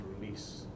release